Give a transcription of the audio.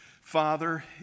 Father